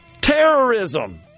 terrorism